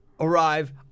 Arrive